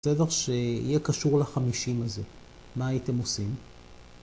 בסדר שיהיה קשור לחמישים הזה, מה הייתם עושים?